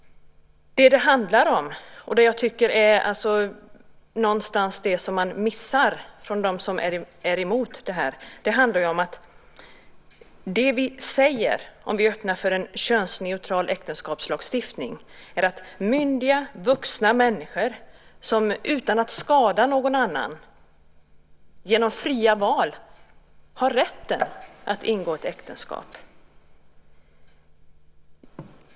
Vad det handlar om och det som jag tycker att man någonstans missar från dem som är emot detta är följande: Det vi säger om vi är öppna för en könsneutral äktenskapslagstiftning är att myndiga vuxna människor har utan att skada någon annan genom fria val rätten att ingå äktenskap.